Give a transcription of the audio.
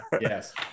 Yes